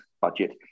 budget